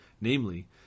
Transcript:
namely